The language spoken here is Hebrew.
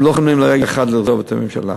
הם לא חולמים לרגע אחד לעזוב את הממשלה.